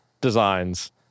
designs